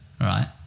right